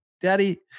daddy